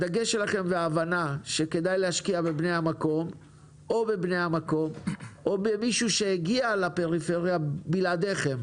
הדגש וההבנה שכדאי להשקיע בבני המקום או במי שהגיע לפריפריה בלעדיכם